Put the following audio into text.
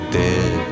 dead